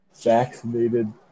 vaccinated